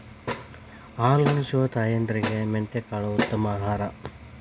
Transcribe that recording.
ಹಾಲುನಿಸುವ ತಾಯಂದಿರಿಗೆ ಮೆಂತೆಕಾಳು ಉತ್ತಮ ಆಹಾರ